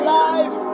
life